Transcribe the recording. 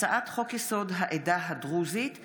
הצעת חוק טיפול בחולי נפש (תיקוני חקיקה),